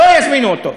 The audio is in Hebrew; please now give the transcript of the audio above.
לא יזמינו אותו,